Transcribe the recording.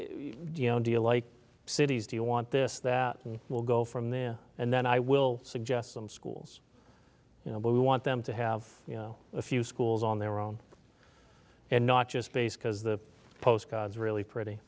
you know deal like cities do you want this that will go from there and then i will suggest some schools you know but we want them to have you know a few schools on their own and not just base because the postcards really pretty